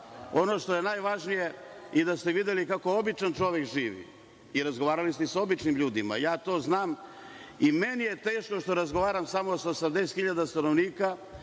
što je najvažnije jeste da ste videli kako običan čovek živi, razgovarali ste sa običnim ljudima. Ja to znam. Meni je teško što razgovaram samo sa 80.000 stanovnika